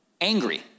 angry